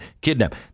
kidnap